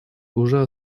уже